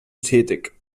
tätig